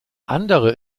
andere